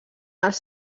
els